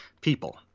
people